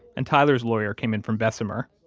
and tyler's lawyer came in from bessemer.